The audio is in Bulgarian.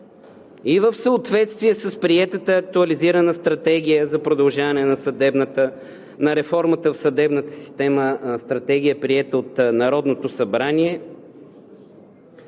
в съответствие с приетата актуализирана Стратегия за продължаване на реформата в съдебната система, Стратегия, приета от Народното събрание,